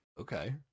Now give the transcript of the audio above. Okay